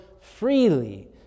freely